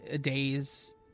days